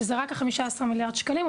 שזה רק ה-15 מיליארד שקלים,